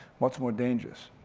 what's more dangerous?